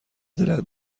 دلت